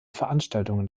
veranstaltungen